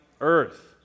earth